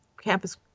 Campus